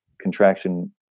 contraction